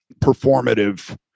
performative